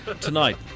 Tonight